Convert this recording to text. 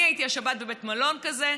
אני הייתי השבת בבית מלון כזה,